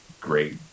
great